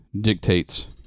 dictates